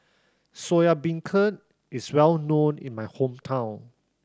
Soya Beancurd is well known in my hometown